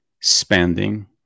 spending